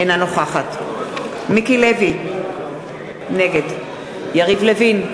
אינה נוכחת יריב לוין,